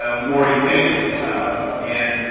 ah more efficient and